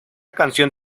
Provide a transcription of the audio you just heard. canción